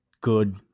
good